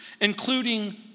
including